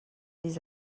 des